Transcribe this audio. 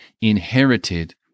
inherited